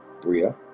Bria